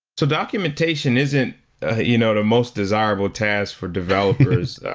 so documentation isn't ah you know the most desirable test for developers.